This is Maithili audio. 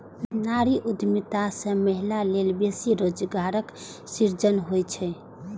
नारी उद्यमिता सं महिला लेल बेसी रोजगारक सृजन होइ छै